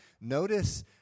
Notice